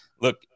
look